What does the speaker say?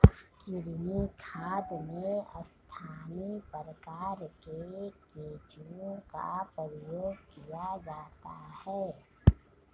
कृमि खाद में स्थानीय प्रकार के केंचुओं का प्रयोग किया जाता है